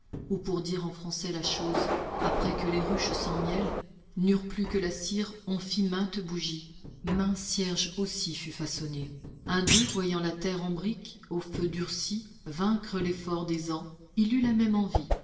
ou pour dire en français la chose après que les ruches sans miel n'eurent plus que la cire on fit mainte bougie maint cierge aussi fut façonné un d'eux voyant la terre en brique au feu durcie vaincre l'effort des ans il eut la même envie